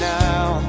now